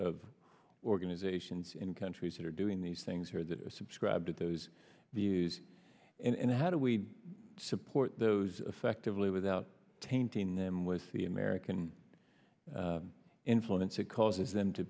of organizations in countries that are doing these things or that subscribe to those views and how do we support those effectively without tainting them with the american influence it causes them to